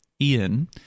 Ian